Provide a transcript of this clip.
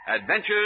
Adventures